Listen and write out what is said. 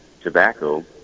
tobacco